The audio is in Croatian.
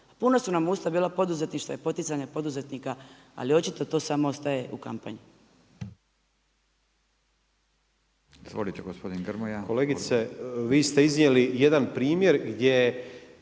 Puna su nam usta bila poduzetništva i poticanja poduzetnika ali očito to samo ostaje u kampanji.